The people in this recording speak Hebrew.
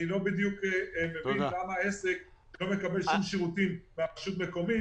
אני לא מבין למה עסק שלא מקבל שום שירותים מהרשות המקומית,